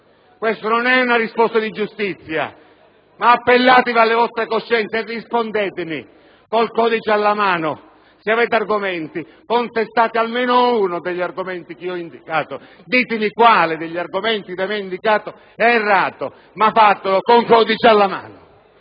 Questa non è una risposta di giustizia. Appellatevi alle vostre coscienze e rispondetemi col codice alla mano, se avete argomenti; contestate almeno uno degli argomenti che ho indicato; ditemi quale di questi argomenti è errato, ma fatelo con il codice alla mano!